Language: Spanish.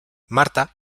marta